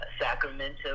Sacramento